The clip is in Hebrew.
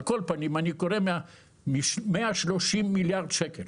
על כל פנים, 130 מיליארד שקל.